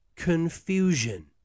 confusion